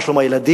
מה שלום הילדים,